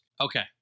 Okay